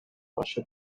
башкы